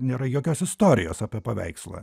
nėra jokios istorijos apie paveikslą